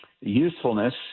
usefulness